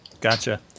Gotcha